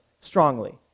strongly